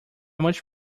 much